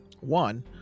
One